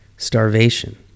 starvation